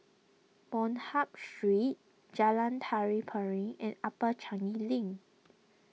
Bonham Street Jalan Tari Piring and Upper Changi Link